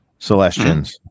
Celestians